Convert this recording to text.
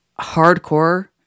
hardcore